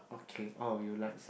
okay oh you like cycling